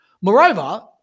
Moreover